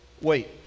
wait